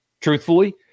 truthfully